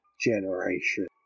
generation